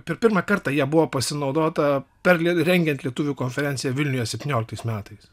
ir pirmą kartą ja buvo pasinaudota per rengiant lietuvių konferenciją vilniuje septynioliktais metais